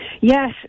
Yes